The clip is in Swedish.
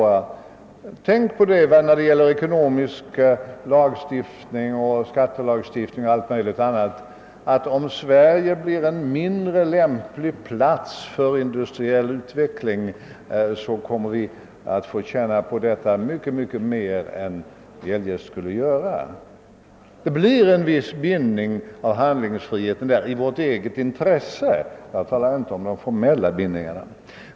Vi kommer att få stark känning av detta när det gäller ekonomisk lagstiftning, skattelagstiftning och många andra områden, om förutsättningarna för industriell utveckling i Sverige göres mindre lämpliga. Detta måste i vårt eget intresse medföra en viss bindning av handlingsfriheten. Jag talar nu inte om de formella bindningarna.